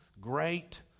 great